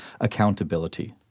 accountability